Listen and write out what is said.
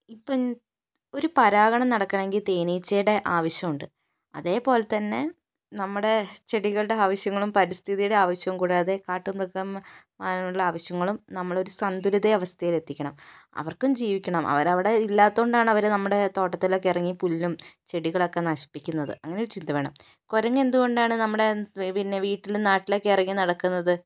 ഇപ്പോൾ ഒരു പരാഗണം നടക്കണമെങ്കിൽ തേനീച്ചയുടെ ആവശ്യമുണ്ട് അതേപോലെതന്നെ നമ്മുടെ ചെടികളുടെ ആവശ്യങ്ങളും പരിസ്ഥിതിടെ ആവശ്യവും കൂടാതെ കാട്ടുമൃഗം ആവശ്യങ്ങളും നമ്മളൊരു സന്തുലിത അവസ്ഥേയിൽ എത്തിക്കണം അവർക്കും ജീവിക്കണം അവരവിടെ ഇല്ലാത്തതുകൊണ്ടാണ് അവര് നമ്മുടെ തോട്ടത്തിലേക്കിറങ്ങി പുല്ലും ചെടികളൊക്കെ നശിപ്പിക്കുന്നത് അങ്ങനെയൊരു ചിന്ത വേണം കുരങ്ങ് എന്തുകൊണ്ടാണ് നമ്മുടെ പിന്നെ വീട്ടിലും നാട്ടിലൊക്കെ ഇറങ്ങി നടക്കുന്നത്